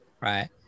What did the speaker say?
right